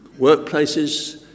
workplaces